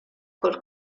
col